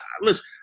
Listen